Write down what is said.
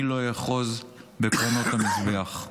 אני לא אאחוז בקרנות המזבח.